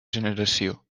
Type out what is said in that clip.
generació